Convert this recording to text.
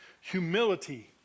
humility